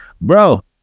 bro